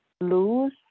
lose